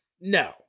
No